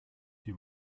die